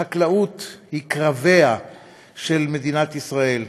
החקלאות היא קרביה של מדינת ישראל.